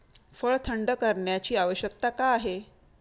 फळ थंड करण्याची आवश्यकता का आहे?